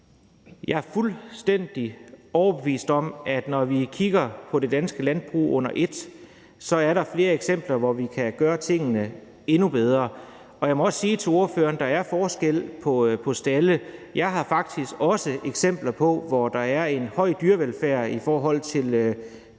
Jeg er fuldstændig overbevist om, at der, når vi kigger på det danske landbrug under et, er flere eksempler på, at vi kan gøre tingene endnu bedre, og jeg må også sige til ordføreren, at der er forskel på stalde. Jeg har faktisk også eksempler på, at der er en høj dyrevelfærd, i forhold til at